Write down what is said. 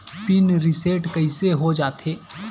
Pin reset कइसे हो जाथे?